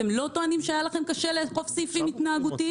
אתם לא טוענים שהיה לכם לאכוף סעיפים התנהגותיים?